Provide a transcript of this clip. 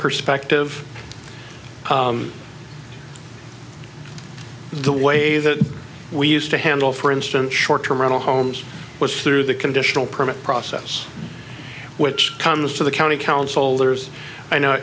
perspective the way that we used to handle for instance short term rental homes which through the conditional permit process which comes to the county council there's i know